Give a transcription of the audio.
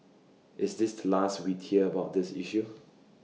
is this last we'd hear about this issue